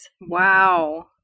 Wow